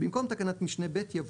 במקום תקנת משנה (ב) יבוא: